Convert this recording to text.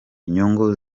inyungu